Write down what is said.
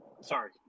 Sorry